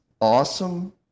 Awesome